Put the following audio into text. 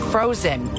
Frozen